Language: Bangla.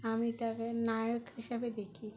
আমি তাকে নায়ক হিসাবে দেখি